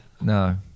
No